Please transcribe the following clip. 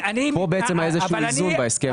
פה בעצם היה איזה איזון בהסכם הזה.